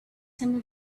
simply